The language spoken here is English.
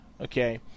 okay